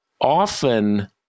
often